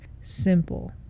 Simple